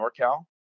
NorCal